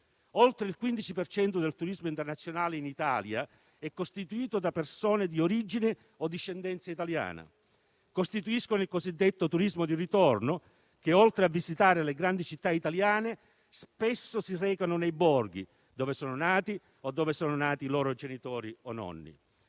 Oltre il 15 per cento del turismo internazionale in Italia è costituito da persone di origine o discendenza italiana e costituisce il cosiddetto turismo di ritorno. Oltre a visitare le grandi città italiane, spesso si recano nei borghi dove sono nati loro o i propri genitori o nonni.